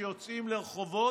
שיוצאים לרחובות,